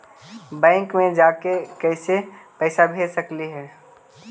Bank मे जाके कैसे पैसा भेज सकली हे?